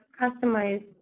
customized